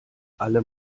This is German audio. alle